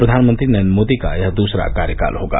प्रधानमंत्री नरेन्द्र मोदी का यह द्सरा कार्यकाल होगा